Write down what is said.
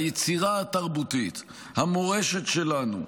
היצירה התרבותית, המורשת שלנו,